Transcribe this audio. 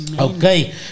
Okay